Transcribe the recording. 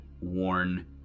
worn